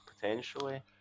potentially